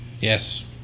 Yes